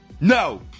no